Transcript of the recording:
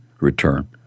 return